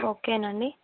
okay అండి